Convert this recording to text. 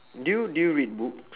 do you do you read books